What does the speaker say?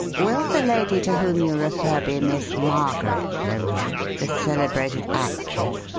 will the lady to whom you refer be miss margaret larue, the celebrated actress?